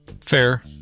Fair